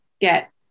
get